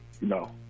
No